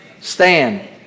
stand